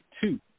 two